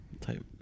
Type